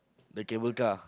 the cable car